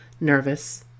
nervous